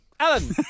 Alan